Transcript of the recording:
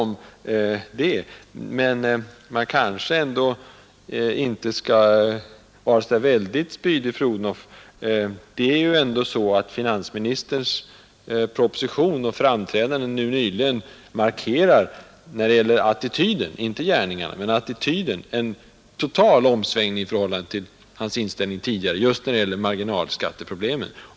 Men man kanske ändå inte skall vara så spydig, fru Odhnoff! Finansministerns proposition och hans framträdande helt nyligen markerar en total omsvängning när det gäller attityden — inte gärningarna — i förhållande till hans tidigare inställning beträffande marginalskatteproblemen.